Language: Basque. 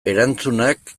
erantzunak